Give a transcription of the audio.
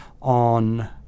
on